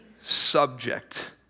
subject